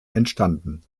entstanden